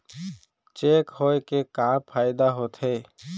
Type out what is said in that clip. Cheque होए के का फाइदा होथे?